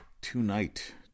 Tonight